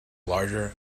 larger